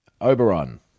Oberon